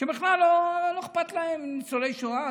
שבכלל לא אכפת להן מניצולי שואה.